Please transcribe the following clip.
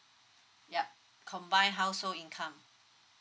yup combined household income